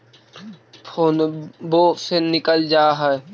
फोनवो से निकल जा है?